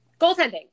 Goaltending